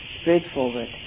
straightforward